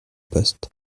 poste